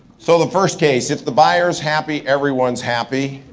so the first case, if the buyer's happy, everyone's happy.